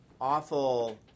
awful